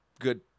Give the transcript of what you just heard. Good